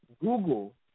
Google